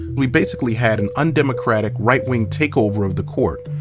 we basically had an undemocratic right-wing takeover of the court,